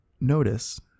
Notice